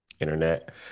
internet